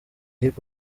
hip